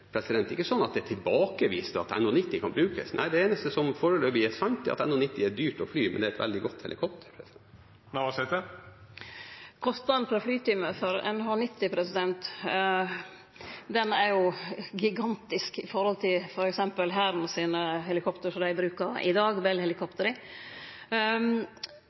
Det er ikke tilbakevist at NH90 kan brukes. Nei, det eneste som foreløpig er sant, er at NH90 er dyrt å fly. Men det er et veldig godt helikopter. Kostnaden for ein flytime for NH90 er gigantisk i forhold til f.eks. dei helikoptra som Hæren bruker i dag,